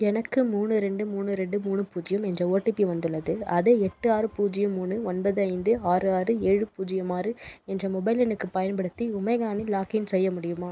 எனக்கு மூணு ரெண்டு மூணு ரெண்டு மூணு பூஜ்ஜியம் என்ற ஓடிபி வந்துள்ளது அதை எட்டு ஆறு பூஜ்ஜியம் மூணு ஒன்பது ஐந்து ஆறு ஆறு ஏழு பூஜ்ஜியம் ஆறு என்ற மொபைல் எண்ணுக்குப் பயன்படுத்தி உமேங்கானில் லாக்இன் செய்ய முடியுமா